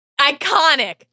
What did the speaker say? iconic